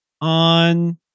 on